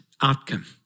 outcome